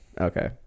Okay